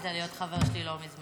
גם אתה רצית להיות חבר שלי לא מזמן.